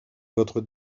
votre